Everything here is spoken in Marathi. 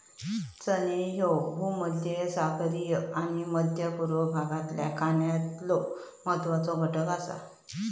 चणे ह्ये भूमध्यसागरीय आणि मध्य पूर्व भागातल्या खाण्यातलो महत्वाचो घटक आसा